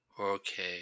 Okay